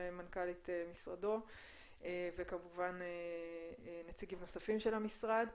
מנכ"לית משרדו וכמובן נציגים נוספים של המשרד.